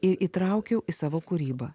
ir įtraukiau į savo kūrybą